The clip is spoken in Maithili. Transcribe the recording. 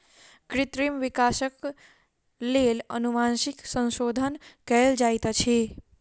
कृत्रिम विकासक लेल अनुवांशिक संशोधन कयल जाइत अछि